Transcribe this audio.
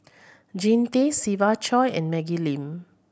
Jean Tay Siva Choy and Maggie Lim